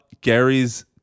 Gary's